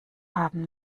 haben